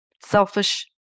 Selfish